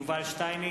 נגד יובל שטייניץ,